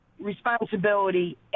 responsibility